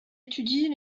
étudie